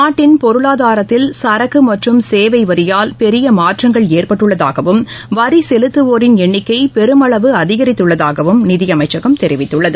நாட்டின் பொருளாதாரத்தில் சரக்கு மற்றும் சேவை வரியால் பெரிய மாற்றங்கள் ஏற்பட்டுள்ளதாகவும் வரி செலுத்துவோரின் எண்ணிக்கை பெருமளவு அதிகரித்துள்ளதாகவும் நிதி அமைச்சகம் தெரிவித்துள்ளது